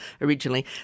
originally